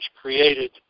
created